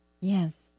Yes